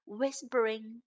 whispering